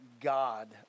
God